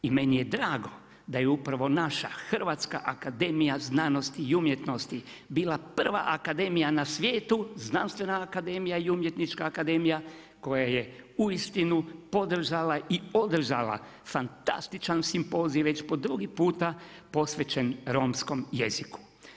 I meni je drago, da j upravo naša Hrvatska akademija znanosti i umjetnosti bila prva akademija na svijetu, znanstvena akademija i umjetnička akademija koja je uistinu podržala i održala fantastičan simpozij već po drugi puta posvećen romskom jeziku.